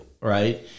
right